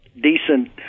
decent